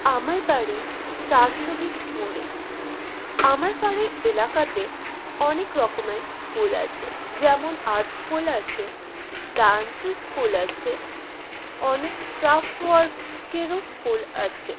আমার বাড়ি চারশো বিশ মোড়ে আমার বাড়ির এলাকাতে অনেক রকমের স্কুল আছে যেমন আর্টস স্কুল আছে ডান্সের স্কুল আছে অনেক ক্রাফট ওয়ার্কেরও স্কুল আছে